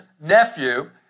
nephew